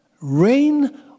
rain